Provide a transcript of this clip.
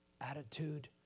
attitude